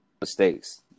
mistakes